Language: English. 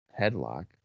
headlock